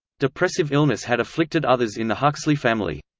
depressive illness had afflicted others in the huxley family.